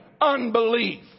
unbelief